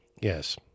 yes